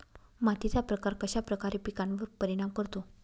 मातीचा प्रकार कश्याप्रकारे पिकांवर परिणाम करतो?